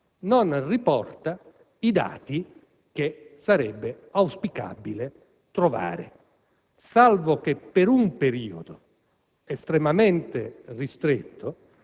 non riporta i dati che sarebbe auspicabile trovare: salvo che per un periodo estremamente ristretto,